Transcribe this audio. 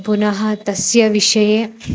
पुनः तस्य विषये